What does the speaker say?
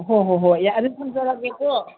ꯍꯣꯏ ꯍꯣꯏ ꯍꯣꯏ ꯑꯗꯨꯗꯤ ꯊꯝꯖꯔꯒꯦꯀꯣ